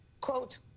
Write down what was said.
quote